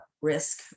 risk